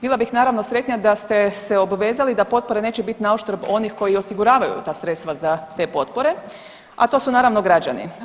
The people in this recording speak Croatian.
Bila bih naravno sretnija da ste se obvezali da potpore neće biti na uštrb onih koji osiguravaju ta sredstva za te potpore, a to su naravno građani.